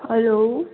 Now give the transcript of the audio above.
hello